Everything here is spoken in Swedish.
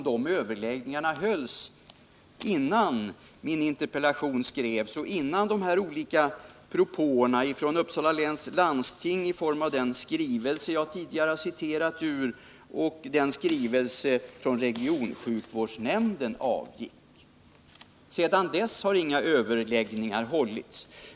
De överläggningarna hölls innan min interpellation skrevs och innan de här olika propåerna kom från Uppsala läns landsting i form av den skrivelse jag tidigare citerat och i form av skrivelsen från regionsjukvårdsnämnden. Sedan dess har inga överläggningar hållits.